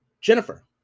Jennifer